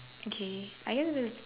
okay are you